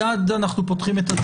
הישיבה ננעלה בשעה 10:23.